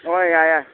ꯍꯣꯏ ꯌꯥꯏ ꯌꯥꯏ